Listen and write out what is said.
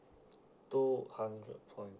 two hundred points